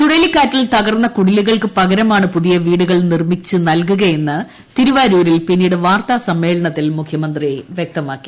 ചുഴലിക്കാറ്റിൽ തകർന്ന കുടിലുകൾക്ക് പകരമാണ് പുതിയ വീടുകൾ നിർമ്മിച്ചു നൽകുകയെന്ന് തിരുവാരൂരിൽ പിന്നീട് വാർത്താസമ്മേളനത്തിൽ മുഖ്യമന്ത്രി വ്യക്തമാക്കി